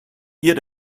ihr